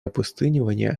опустынивания